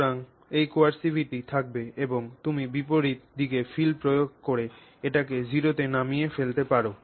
সুতরাং কোএরসিভিটি থাকবে এবং তুমি বিপরীত দিকে ফিল্ড প্রয়োগ করে এটিকে 0 তে নামিয়ে ফেলতে পার